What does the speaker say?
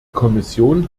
kommission